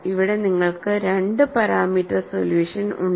ഇവിടെ നിങ്ങൾക്ക് 2 parameter solution ഉണ്ട്